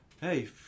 hey